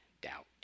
doubt